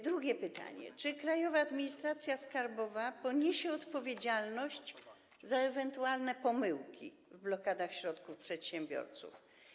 Drugie pytanie: Czy Krajowa Administracja Skarbowa poniesie odpowiedzialność za ewentualne pomyłki w blokadach środków przedsiębiorców?